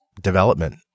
development